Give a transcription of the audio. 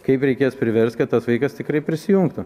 kaip reikės priverst kad tas vaikas tikrai prisijungtų